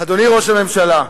אדוני ראש הממשלה,